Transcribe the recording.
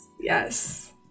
yes